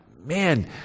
Man